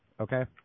Okay